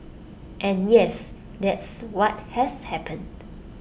and yes that's what has happened